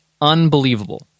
Unbelievable